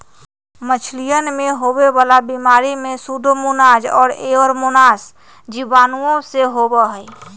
मछलियन में होवे वाला बीमारी में सूडोमोनाज और एयरोमोनास जीवाणुओं से होबा हई